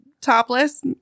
topless